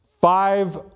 five